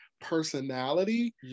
personality